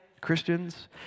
Christians